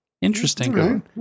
interesting